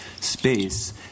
space